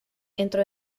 entro